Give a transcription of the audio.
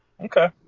Okay